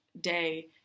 day